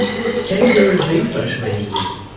can heroes be socially engineered?